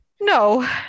no